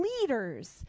leaders